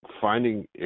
finding